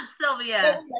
sylvia